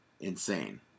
insane